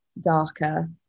darker